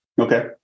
Okay